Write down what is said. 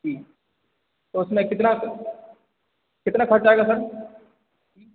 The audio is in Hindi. तो उसमें कितना कितना खर्च आएगा सर